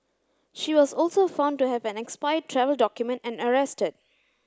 she was also found to have an expired travel document and arrested